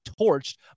torched